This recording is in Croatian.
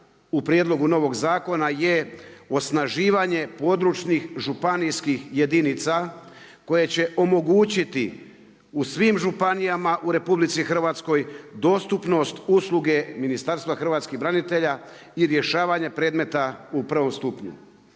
u prijedlogu novog zakona je osnaživanje područnih, županijskih jedinica koje će omogućiti u svim županijama u RH dostupnost usluge Ministarstva hrvatskih branitelja i rješavanja predmeta u prvom stupnju.